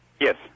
Yes